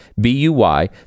B-U-Y